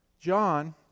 john